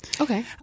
Okay